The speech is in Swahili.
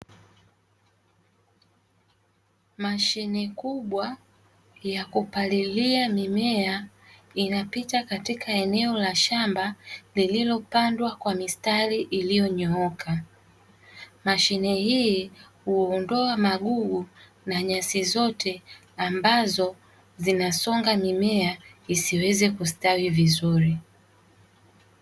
Mashine kubwa ya kupalilia mimea inapita katika eneo la shamba lililopangwa kwa mistari iliyonyooka mashine hii huondoa magugu na nyasi zote ambazo zinasonga mimea isiweze kustawi vizuri.